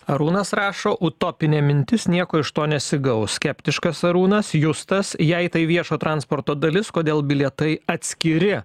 arūnas rašo utopinė mintis nieko iš to nesigaus skeptiškas arūnas justas jei tai viešo transporto dalis kodėl bilietai atskiri